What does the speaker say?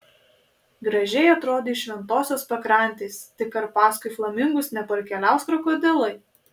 gražiai atrodys šventosios pakrantės tik ar paskui flamingus neparkeliaus krokodilai